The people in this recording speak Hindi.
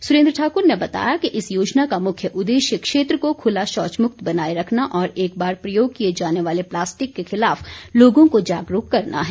सुरेन्द्र ठाकुर ने बताया कि इस योजना का मुख्य उद्देश्य क्षेत्र को खुला शौचमुक्त बनाए रखना और एक बार प्रयोग किए जाने वाले प्लास्टिक के खिलाफ लोगों को जागरूक करना है